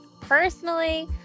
Personally